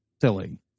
silly